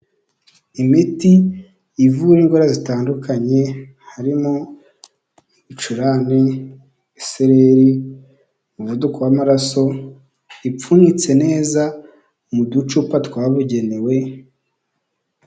Imiti ivura indwara zitandukanye harimo ibicurane, isereri, umuvuduko w'amaraso ipfunitse neza mu ducupa twabugenewe.